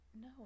No